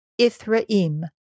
Ithraim